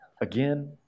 Again